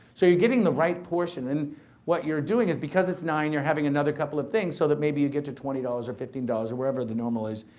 so, you're getting the right portion and what you're doing is because it's nine and you're having another couple of things, so that maybe you get to twenty dollars or fifteen dollars or wherever the normal is,